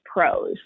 pros